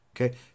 Okay